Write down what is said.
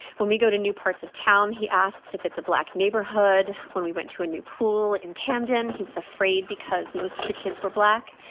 when we go to new parts of town, he asks if it's a black neighborhood. when we went to a new pool in camden, he was afraid because most of the kids were black,